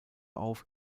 auf